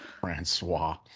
Francois